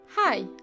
Hi